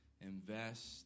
invest